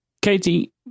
Katie